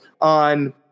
on